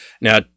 Now